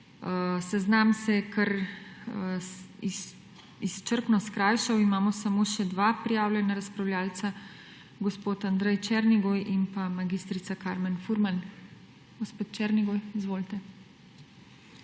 Seznam se je kar izčrpno skrajšal. Imamo samo še dva prijavljena razpravljavca, gospod Andrej Černigoj in pa mag. Karmen Furman. Gospod Černigoj, izvolite.